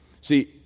See